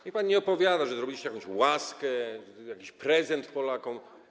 Niech pani nie opowiada, że zrobiliście jakąś łaskę, jakiś prezent Polakom.